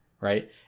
right